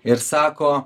ir sako